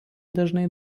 dažnai